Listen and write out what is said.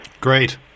Great